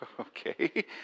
okay